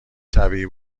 طبیعی